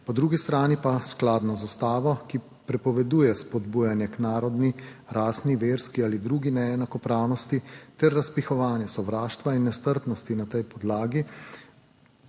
po drugi strani pa skladno z ustavo, ki prepoveduje spodbujanje k narodni, rasni, verski ali drugi neenakopravnosti ter razpihovanje sovraštva in nestrpnosti na tej podlagi